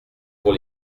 pour